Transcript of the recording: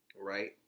right